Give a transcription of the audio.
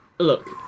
Look